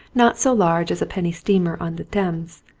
not so large as a penny steamer on the thames,